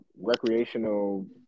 recreational